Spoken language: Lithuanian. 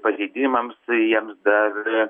pažeidimams jiems dar